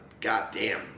Goddamn